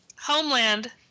Homeland